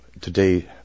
Today